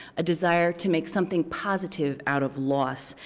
a desire to make something positive out of loss.